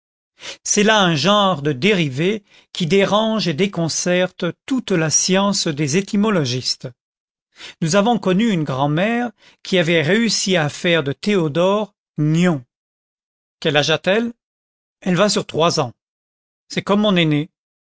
c'est là un genre de dérivés qui dérange et déconcerte toute la science des étymologistes nous avons connu une grand'mère qui avait réussi à faire de théodore gnon quel âge a-t-elle elle va sur trois ans c'est comme mon aînée